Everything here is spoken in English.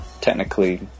technically